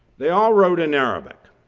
they all wrote in arabic